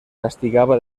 castigaba